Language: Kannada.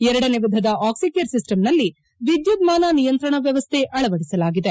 ಎರಡನೇ ವಿಧದ ಆಕ್ಸಿಕೇರ್ ಸಿಸ್ಟಂನಲ್ಲಿ ವಿದ್ಧುನ್ಮಾನ ನಿಯಂತ್ರಣ ವ್ಯವಸ್ಥೆ ಅಳವಡಿಸಲಾಗಿದೆ